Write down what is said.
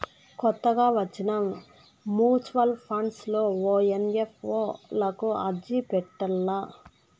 కొత్తగా వచ్చిన mutual funds లో ఓ ఎన్.ఎఫ్.ఓ లకు అర్జీ పెట్టల్ల